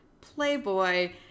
Playboy